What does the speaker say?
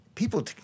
People